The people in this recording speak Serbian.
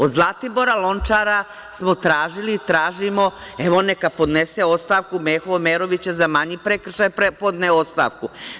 Od Zlatibora Lončara smo tražili i tražimo, evo, neka podnese ostavku, Meho Omerović je za manji prekršaj podneo ostavku.